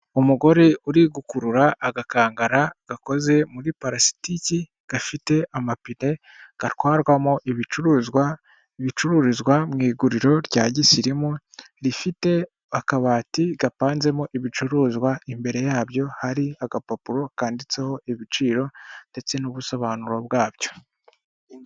Umugore uri gukurura agakangara gakoze muri parasitiki, gafite amapine gatwarwamo ibicuruzwa bicururizwa mu iguriro rya gisirimu, rifite akabati gapanzemo ibicuruzwa imbere yabyo hari agapapuro kanditseho ibiciro ndetse n'ubusobanuro bwabyo.